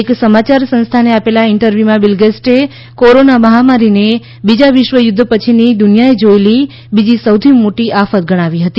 એક સમાચાર સંસ્થાને આપેલા ઇન્ટરવ્યૂમાં બિલગેટ્સે કોરોના મહામારીને બીજા વિશ્વ યુદ્ધ પછીની દુનિયાએ જોયેલી બીજી સૌથી મોટી આફત ગણાવી હતી